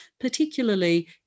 particularly